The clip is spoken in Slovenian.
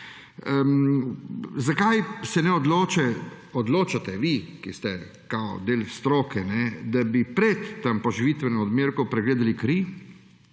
Zakaj se ne odločate vi, ki ste del stroke, da bi pred tem poživitvenim odmerkom pregledali kri